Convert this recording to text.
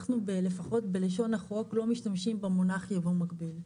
בלפחות בלשון החוק לא מונחים במונח יבוא מקביל,